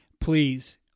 Please